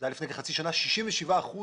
זה היה לפני כחצי שנה 67 אחוזים